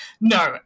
no